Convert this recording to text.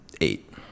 Eight